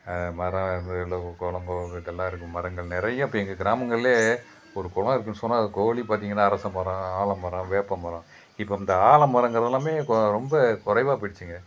மரம் இருக்குது மரங்கள் நிறைய இப்போ எங்கள் கிராமங்களில் ஒரு குளம் இருக்குதுன்னு சொன்னால் அதுக்கோலி பார்த்திங்கன்னா அரசமரம் ஆலமரம் வேப்பமரம் இப்போ இந்த ஆலமரங்கிறதெல்லாமே கொ ரொம்ப குறைவா போகிடுச்சிங்க